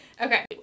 Okay